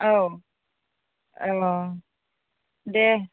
औ अ दे